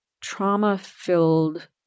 trauma-filled